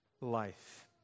life